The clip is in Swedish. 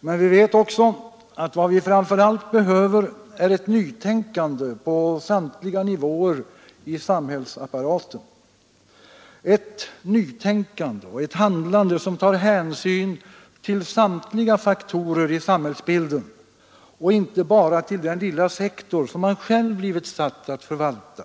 men vi vet också att vad vi framför allt behöver är ett nytänkande på samtliga nivåer i samhällsapparaten, ett tänkande och ett handlande som tar hänsyn till samtliga faktorer i samhällsbilden och inte bara till den lilla sektor som man själv blivit satt att förvalta.